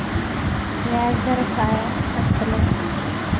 व्याज दर काय आस्तलो?